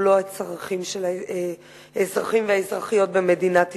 הוא לא הצרכים של האזרחים והאזרחיות במדינת ישראל.